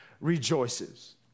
rejoices